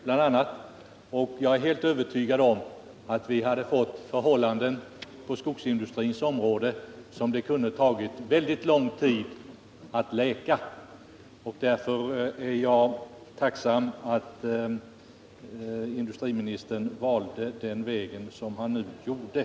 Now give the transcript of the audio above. Ja, jag är alldeles övertygad om att det hade 149 uppstått skador på skogsindustrins område som det kunde ha tagit väldigt lång tid att läka. Därför är jag tacksam att industriministern valde den vägen han nu gjorde.